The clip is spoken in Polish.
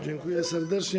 Dziękuję serdecznie.